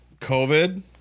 COVID